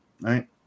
right